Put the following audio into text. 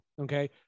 Okay